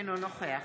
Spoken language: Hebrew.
אינו נוכח